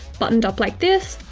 buttoned up like this,